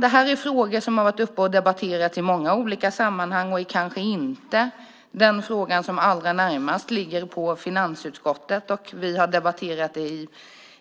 Detta är saker som har tagits upp och debatterats i många olika sammanhang. Det är kanske inte den fråga som allra närmast ligger på finansutskottet. Vi har debatterat den